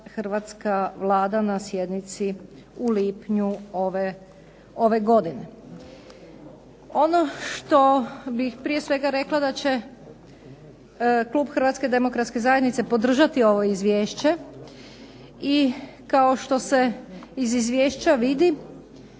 hrvatska Vlada na sjednici u lipnju ove godine. Ono što bih prije svega rekla da će klub Hrvatske demokratske zajednice podržati ovo izvješće i kao što se iz izvješća vidi